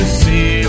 see